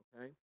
Okay